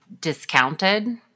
discounted